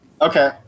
Okay